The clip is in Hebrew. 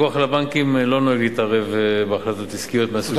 הפיקוח על הבנקים לא נוהג להתערב בהחלטות עסקיות מהסוג הזה.